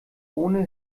ohne